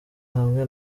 hamwe